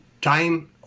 time